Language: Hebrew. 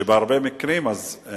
בהרבה מקרים אנחנו